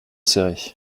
serré